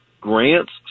grants